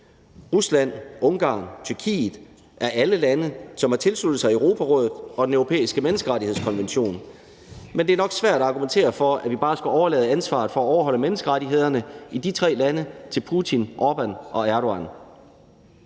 Rusland, Ungarn, Tyrkiet er alle lande, som har tilsluttet sig Europarådet og Den Europæiske Menneskerettighedskonvention, men det er nok svært at argumentere for, at vi bare skal overlade ansvaret for at overholde menneskerettighederne i de tre lande til Putin, Orbán og Erdogan.